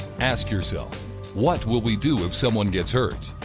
ask yourself what will we do if someone gets hurt?